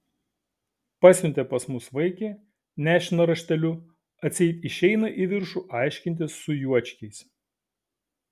pasiuntė pas mus vaikį nešiną rašteliu atseit išeina į viršų aiškintis su juočkiais